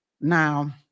Now